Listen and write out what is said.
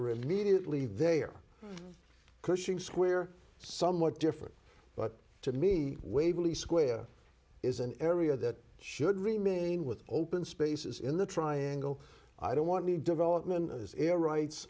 are immediately they are pushing square somewhat different but to me waverly square is an area that should remain with open spaces in the triangle i don't want me development as air rights